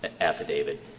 affidavit